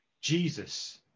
Jesus